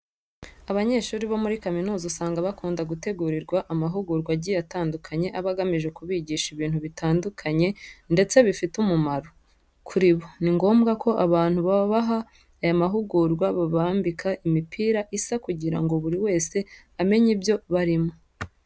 Abanyeshuri bo muri kaminuza usanga bakunda gutegurirwa amahugurwa agiye atandukanye aba agamije kubigisha ibintu bitanduanye ndetse bifite umumaro kuri bo. Ni ngombwa ko abantu babaha aya mahugurwa babambika imipira isa kugira ngo buri wese amenye ibyo barimo.